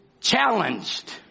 Challenged